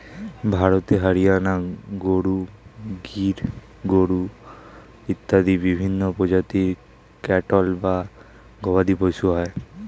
ভারতে হরিয়ানা গরু, গির গরু ইত্যাদি বিভিন্ন প্রজাতির ক্যাটল বা গবাদিপশু হয়